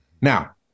Now